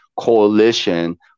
coalition